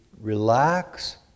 relax